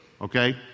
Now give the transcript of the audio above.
okay